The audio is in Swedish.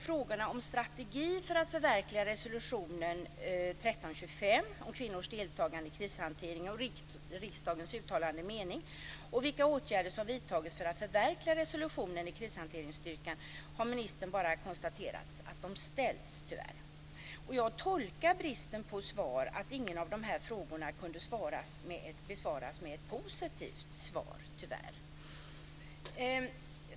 Frågorna om en strategi för att förverkliga resolution 1325 om kvinnors deltagande i krishantering och riksdagens uttalade mening samt vilka åtgärder som vidtagits för att förverkliga resolutionen i krishanteringsstyrkan har ministern bara konstaterat har ställts. Jag tolkar bristen på svar så att ingen av frågorna kunde besvaras med ett positivt besked, tyvärr.